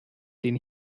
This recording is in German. den